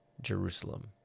Jerusalem